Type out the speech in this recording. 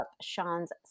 Sean's